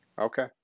Okay